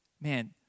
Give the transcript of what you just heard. man